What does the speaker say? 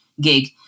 gig